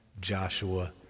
Joshua